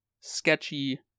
sketchy